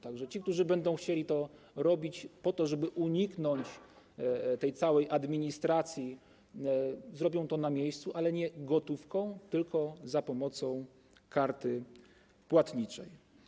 Tak że ci, którzy będą chcieli to robić, po to żeby uniknąć tej całej administracji, zrobią to na miejscu, ale nie gotówką, tylko za pomocą karty płatniczej.